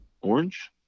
Orange